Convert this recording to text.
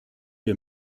wir